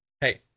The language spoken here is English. Hey